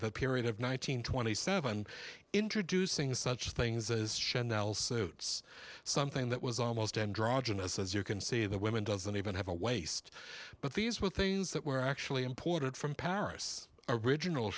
the period of one nine hundred twenty seven introducing such things as chandeliers suits something that was almost androgynous as you can see the women doesn't even have a waist but these were things that were actually imported from paris original